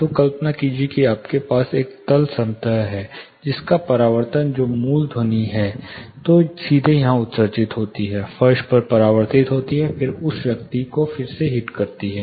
तो कल्पना कीजिए कि आपके पास एक तल सतह है पहला परावर्तन जो मूल ध्वनि है जो सीधे यहां उत्सर्जित होती है फर्श पर परावर्तित होती है और फिर उस व्यक्ति को फिर से हिट करती है